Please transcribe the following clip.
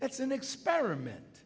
that's an experiment